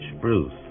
Bruce